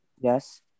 Yes